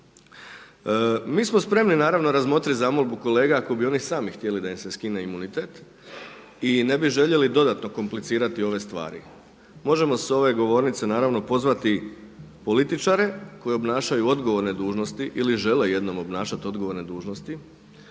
Mi smo spremni naravno razmotriti zamolbu kolega ako bi oni sami htjeli da im se skine imunitet i ne bi željeli dodatno komplicirati ove stvari. Možemo s ove govornice naravno pozvati političare koji obnašaju odgovorne dužnosti ili žele jednom obnašati odgovorne dužnosti,